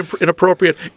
inappropriate